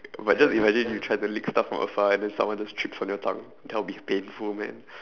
but just imagine you try to lick stuff from afar and then someone just trips on your tongue that will be painful man